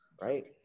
right